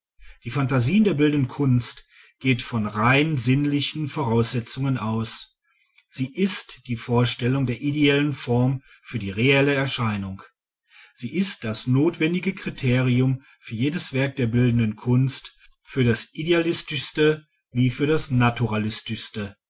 die phantasie in der bildenden kunst geht von rein sinnlichen voraussetzungen aus sie ist die vorstellung der ideellen form für die reelle erscheinung sie ist das notwendige kriterium für jedes werk der bildenden kunst für das idealistischste wie für das